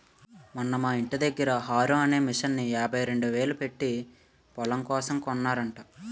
మొన్న మా యింటి దగ్గర హారో అనే మిసన్ని యాభైరెండేలు పెట్టీ పొలం కోసం కొన్నాడట